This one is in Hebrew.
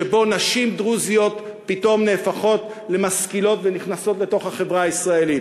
שבו נשים דרוזיות פתאום נהפכות למשכילות ונכנסות לתוך החברה הישראלית,